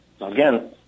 Again